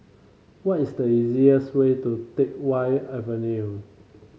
what is the easiest way to Teck Whye Avenue